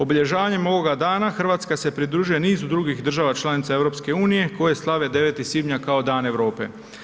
Obilježavanjem ovoga dana Hrvatska se pridružuje nizu drugih država članica EU koje slave 9. svibnja kao Dan Europe.